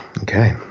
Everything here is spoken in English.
Okay